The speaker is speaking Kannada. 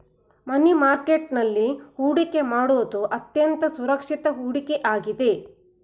ಮನಿ ಮಾರ್ಕೆಟ್ ನಲ್ಲಿ ಹೊಡಿಕೆ ಮಾಡುವುದು ಅತ್ಯಂತ ಸುರಕ್ಷಿತ ಹೂಡಿಕೆ ಆಗಿದೆ